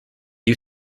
you